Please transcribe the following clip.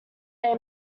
they